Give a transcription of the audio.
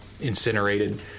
incinerated